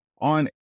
on